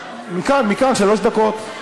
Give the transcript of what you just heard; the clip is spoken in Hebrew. שלוש דקות.